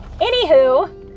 Anywho